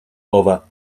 over